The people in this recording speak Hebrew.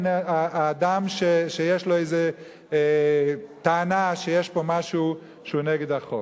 האדם שיש לו איזה טענה שיש פה משהו שהוא נגד החוק.